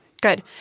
Good